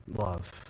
love